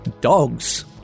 dogs